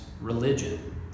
religion